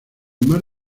mar